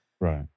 Right